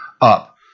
up